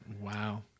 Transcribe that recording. Wow